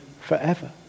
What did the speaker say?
forever